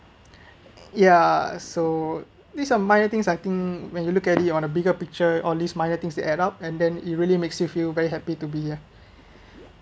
ya so these are minor things I think when you look at it on a bigger picture only minor things that add up and then it really makes you feel very happy to be here